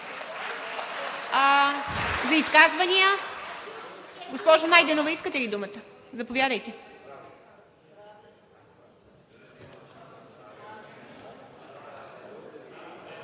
За изказване, госпожо Найденова, искате ли думата? Не. Заповядайте.